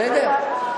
בסדר?